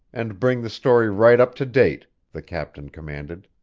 and bring the story right up to date, the captain commanded.